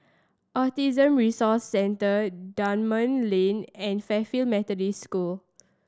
Autism Resource Centre Dunman Lane and Fairfield Methodist School